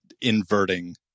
inverting